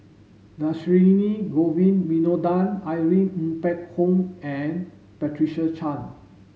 Dhershini Govin Winodan Irene Ng Phek Hoong and Patricia Chan